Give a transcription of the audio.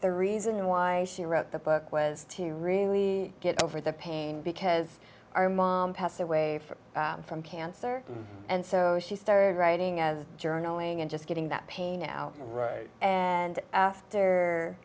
the reason why she wrote the book was to really get over the pain because our mom passed away from cancer and so she started writing as journaling and just getting that pain now and after